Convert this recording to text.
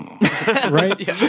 Right